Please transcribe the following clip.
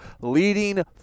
leading